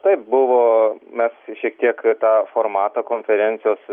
tai buvo mes šiek tiek tą formatą konferencijos